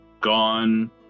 gone